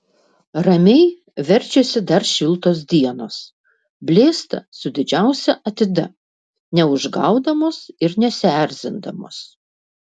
ramiai verčiasi dar šiltos dienos blėsta su didžiausia atida neužgaudamos ir nesierzindamos